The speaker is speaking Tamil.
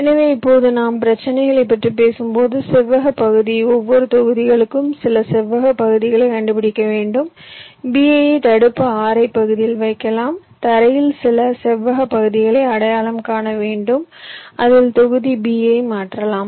எனவே இப்போது நாம் பிரச்சினைகளைப் பற்றி பேசும்போது செவ்வகப் பகுதி ஒவ்வொரு தொகுதிகளுக்கும் சில செவ்வக பகுதிகளைக் கண்டுபிடிக்க வேண்டும் Bi ஐ தடுப்பு Ri பகுதியில் வைக்கலாம் தரையில் சில செவ்வக பகுதிகளை அடையாளம் காண வேண்டும் அதில் தொகுதி B ஐ மாற்றலாம்